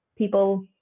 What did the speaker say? People